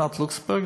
אסנת לוקסמבורג,